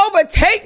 overtake